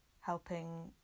helping